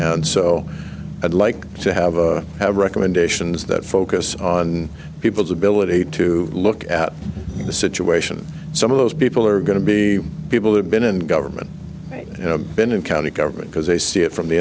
and so i'd like to have recommendations that focus on people's ability to look at the situation some of those people are going to be people who have been in government been in county government because they see it from the